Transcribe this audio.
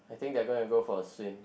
I think they are gonna go for a swim